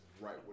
right